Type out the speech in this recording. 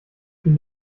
viel